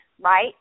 right